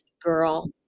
girl